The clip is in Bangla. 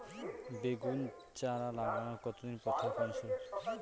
বেগুন চারা লাগানোর কতদিন পর থেকে ফলন শুরু হয়?